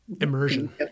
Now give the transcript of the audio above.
immersion